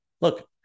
Look